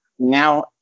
now